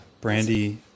Brandy